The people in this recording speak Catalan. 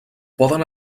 poden